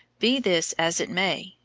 be this as it may,